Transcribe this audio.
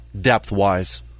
depth-wise